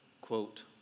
quote